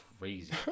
crazy